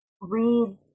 read